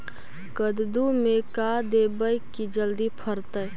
कददु मे का देबै की जल्दी फरतै?